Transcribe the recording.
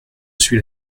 suis